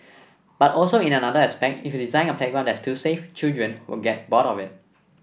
but also in another aspect if you design a playground that's too safe children will get bored of it